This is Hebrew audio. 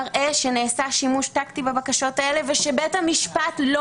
מראה שנעשה שימוש טקטי בבקשות האלה ושבית המשפט לא